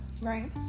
Right